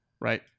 right